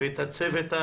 ואת הצוות.